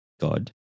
God